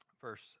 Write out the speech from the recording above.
verse